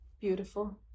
Beautiful